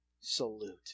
Salute